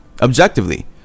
objectively